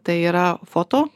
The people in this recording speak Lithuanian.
tai yra foto